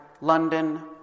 London